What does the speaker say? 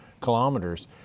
kilometers